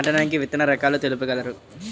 నాటడానికి విత్తన రకాలు తెలుపగలరు?